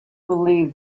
believed